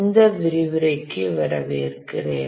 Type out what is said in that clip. இந்த விரிவுரைக்கு வரவேற்கிறேன்